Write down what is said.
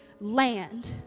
land